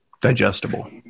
digestible